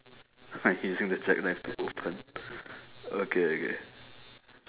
by using the jackknife to open okay okay